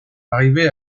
arriver